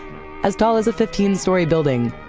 as tall as a fifteen story building.